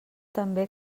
també